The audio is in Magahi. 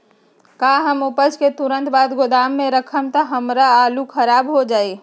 का हम उपज के तुरंत बाद गोदाम में रखम त हमार आलू खराब हो जाइ?